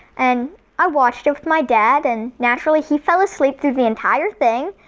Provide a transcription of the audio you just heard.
and i watched it with my dad and naturally he fell asleep through the entire thing.